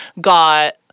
got